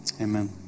Amen